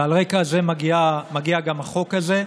ועל רקע זה מגיע גם החוק הזה,